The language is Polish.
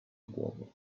głową